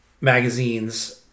magazines